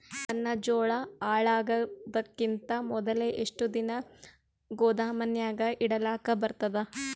ನನ್ನ ಜೋಳಾ ಹಾಳಾಗದಕ್ಕಿಂತ ಮೊದಲೇ ಎಷ್ಟು ದಿನ ಗೊದಾಮನ್ಯಾಗ ಇಡಲಕ ಬರ್ತಾದ?